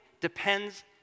depends